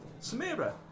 Samira